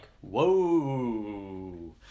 Whoa